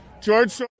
George